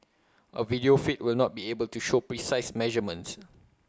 A video feed will not be able to show precise measurements